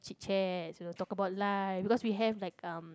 chitchats you know talk about life because we have like uh